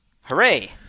Hooray